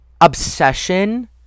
obsession